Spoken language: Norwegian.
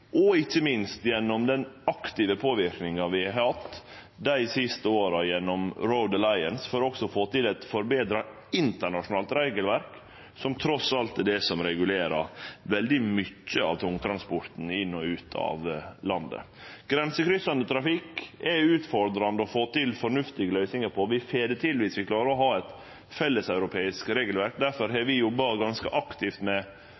og ikkje minst gjennom den aktive påverknaden vi har hatt dei siste åra gjennom Road Alliance for også å få til eit forbetra internasjonalt regelverk, som trass alt er det som regulerer veldig mykje av tungtransporten inn og ut av landet. Grensekryssande trafikk er det utfordrande å få til fornuftige løysingar på. Vi får det til viss vi klarar å ha eit felleseuropeisk regelverk. Difor har vi jobba ganske aktivt med